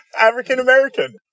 African-American